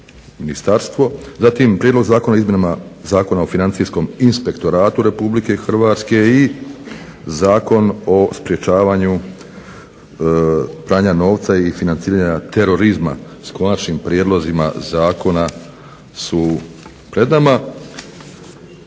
zatim Prijedlog zakona o izmjenama Zakona o Financijskom inspektoratu RH i Zakon o sprečavanju pranja novca i financiranja terorizma s Konačnim prijedlozima zakona su pred nama.